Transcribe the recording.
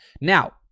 Now